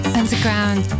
underground